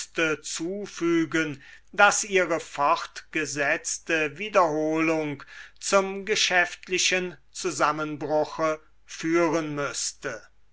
zufügen daß ihre fortgesetzte wiederholung zum geschäftlichen zusammenbruche führen müßte